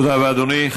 תודה רבה, אדוני.